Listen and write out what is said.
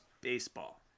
baseball